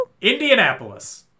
Indianapolis